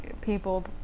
people